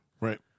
Right